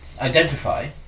identify